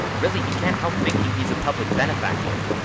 really he can't help thinking he's a public benefactor.